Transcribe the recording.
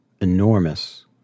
enormous